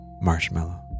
marshmallow